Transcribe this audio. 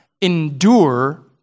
endure